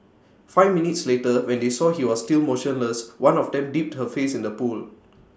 five minutes later when they saw he was still motionless one of them dipped her face in the pool